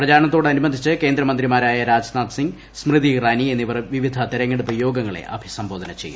പ്രചാരണത്തോടനുബന്ധിച്ച് കേന്ദ്രമന്ത്രിമാരായ രാജ്നാഥ്സിംഗ് സ്മൃതി ഇറാനി എന്നിവർ ഇന്ന് വിവിധ തെരഞ്ഞെടുപ്പ് യോഗങ്ങളെ അഭിസംബോധന ചെയ്യും